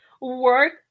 work